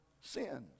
sins